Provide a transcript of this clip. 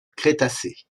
crétacé